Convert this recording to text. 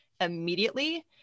immediately